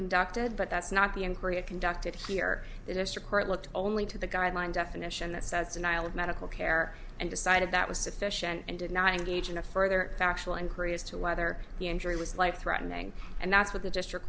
conducted but that's not the in korea conducted here the district court looked only to the guideline definition that says denial of medical care and decided that was sufficient and did not engage in a further factual and crew as to whether the injury was life threatening and that's what the district